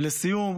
ולסיום,